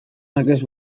nekez